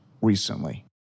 recently